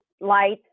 lights